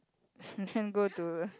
then go to